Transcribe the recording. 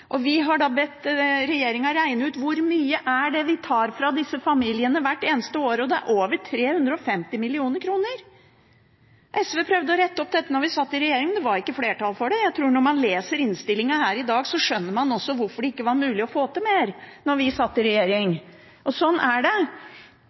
Vi har da bedt regjeringen regne ut hvor mye det er vi tar fra disse familiene hvert eneste år, og det er over 350 mill. kr. SV prøvde å rette opp dette da vi satt i regjering. Det var ikke flertall for det. Jeg tror at når man leser innstillingen her i dag, skjønner man også hvorfor det ikke var mulig å få til mer da vi satt i regjering. Sånn er det,